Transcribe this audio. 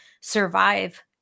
survive